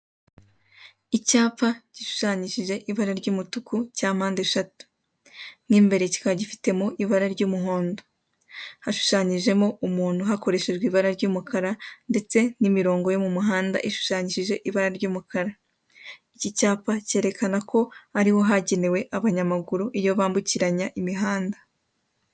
Iki ni kimwe mu byapa bikoreshwa mu muhanda iki cyapa gisobanura ko umuyobozi w'ikinyabiziga akikibona agomba kugabanya umuvuduko cg se agahagarara kugira ngo ataba yateza impanuka.